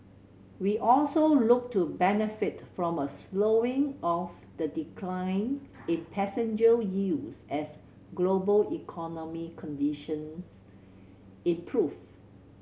we also look to benefit from a slowing of the decline in passenger yields as global economic conditions improve